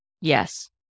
Yes